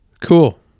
Cool